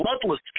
bloodless